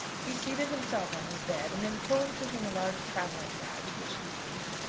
he seated himself on his bed, and then, pulling to him a large travelling-bag which he used,